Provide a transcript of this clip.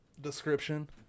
description